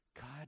God